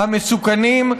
המסוכנים,